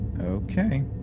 Okay